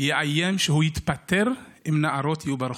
יאיים שהוא יתפטר אם נערות יהיו ברחוב.